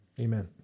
Amen